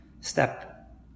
step